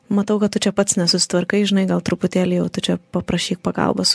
matau kad tu čia pats nesusitvarkai žinai gal truputėlį jau tu čia paprašyk pagalbos